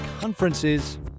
conferences